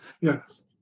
Yes